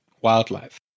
wildlife